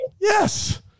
Yes